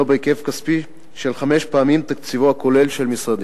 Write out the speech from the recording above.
בהיקף כספי של חמש פעמים תקציבו הכולל של משרדי.